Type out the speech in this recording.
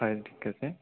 হয় ঠিক আছে